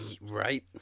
Right